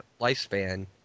lifespan